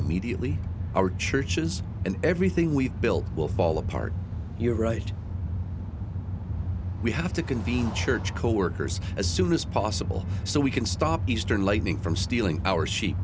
immediately our churches and everything we've built will fall apart you're right we have to convene church coworkers as soon as possible so we can stop eastern lightning from stealing our she